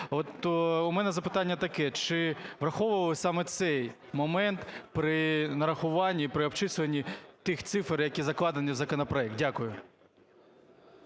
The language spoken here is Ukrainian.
У мене запитання таке: чи враховувався саме цей момент при нарахуванні і при обчисленні тих цифр, які закладені в законопроект? Дякую.